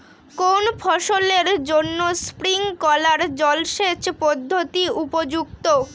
কোন ফসলের জন্য স্প্রিংকলার জলসেচ পদ্ধতি উপযুক্ত?